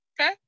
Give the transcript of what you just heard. Okay